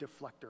deflector